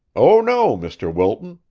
oh, no, mr. wilton,